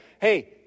Hey